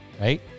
right